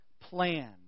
plan